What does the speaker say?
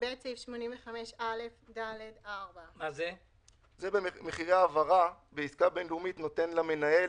(ב)סעיף 85א(ד)(4); מחירי העברה בעסקה בין-לאומית נותנים למנהל